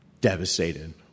devastated